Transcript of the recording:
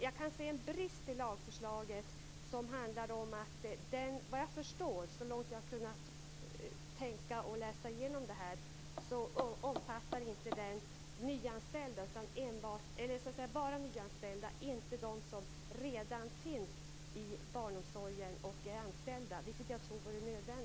Jag kan se en brist i lagförslaget, så långt jag kunnat tänka och läsa igenom det. Det omfattar bara nyanställningar, inte dem som redan finns i barnomsorgen och är anställda. De borde med nödvändighet omfattas av lagen.